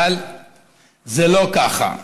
אבל זה לא ככה.